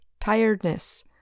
tiredness